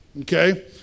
Okay